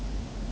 mm